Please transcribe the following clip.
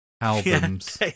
albums